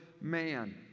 man